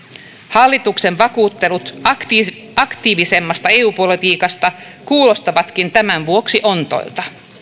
hallituksen vakuuttelut aktiivisemmasta eu politiikasta kuulostavatkin tämän vuoksi ontoilta